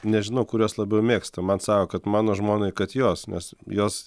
nežinau kuriuos labiau mėgsta man sako kad mano žmonai kad jos nes jos